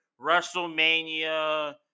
WrestleMania